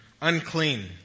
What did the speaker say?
unclean